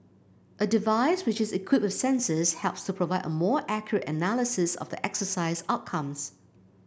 a device which is equipped with sensors helps to provide a more accurate analysis of the exercise outcomes